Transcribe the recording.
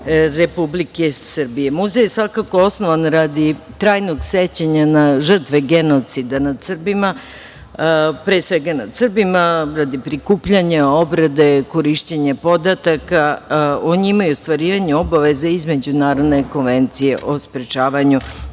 Republike Srbije. Muzej je svakako osnovan radi trajnog sećanja na žrtve genocida, nad Srbima, pre svega nad Srbima, radi prikupljanja, obrade, korišćenja podataka o njima i ostvarivanje obaveze iz Međunarodne konvencije o sprečavanju